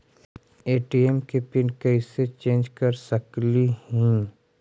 ATM के PIN कैसे change कर सकली ही?